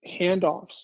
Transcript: handoffs